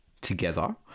together